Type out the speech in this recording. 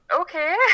okay